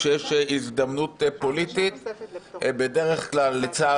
כשיש הזדמנות פוליטית לצערי,